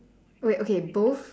wait okay both